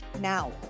now